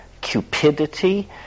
cupidity